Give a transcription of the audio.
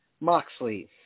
Moxley